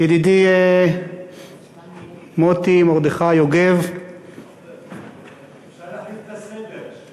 ידידי, מוטי מרדכי יוגב, אפשר להחליף את הסדר.